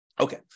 Okay